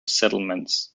settlements